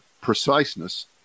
preciseness